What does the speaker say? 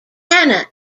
hana